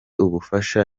ubufasha